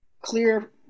clear